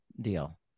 deal